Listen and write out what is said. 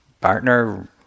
partner